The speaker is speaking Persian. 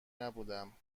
نبودم